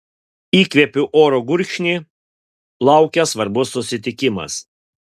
įkvėpiu oro gurkšnį laukia svarbus susitikimas